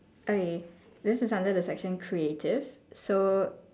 okay this is under the section creative so